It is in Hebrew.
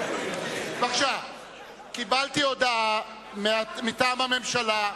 קיבלתי הודעה מטעם הממשלה,